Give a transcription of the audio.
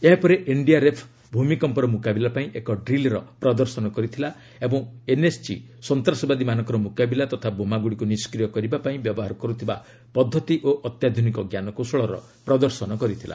ଏହାପରେ ଏନ୍ଡିଆର୍ଏଫ୍ ଭୂମିକମ୍ପର ମୁକାବିଲା ପାଇଁ ଏକ ଡ୍ରିଲ୍ର ପ୍ରଦର୍ଶନ କରିଥିଲା ଏବଂ ଏନ୍ଏସ୍ଜି ସନ୍ତାସବାଦୀମାନଙ୍କର ମୁକାବିଲା ତଥା ବୋମାଗୁଡ଼ିକୁ ନିଷ୍କ୍ରିୟ କରିବା ପାଇଁ ବ୍ୟବହାର କରୁଥିବା ପଦ୍ଧତି ଓ ଅତ୍ୟାଧୁନିକ ଜ୍ଞାନକୌଶଳର ପ୍ରଦର୍ଶନ କରିଥିଲା